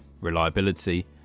reliability